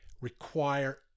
require